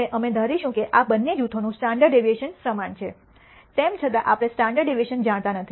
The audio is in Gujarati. હવે અમે ધારીશું કે આ બંને જૂથોનું સ્ટાન્ડર્ડ ડેવિએશન સમાન છે તેમ છતાં આપણે સ્ટાન્ડર્ડ ડેવિએશન જાણતા નથી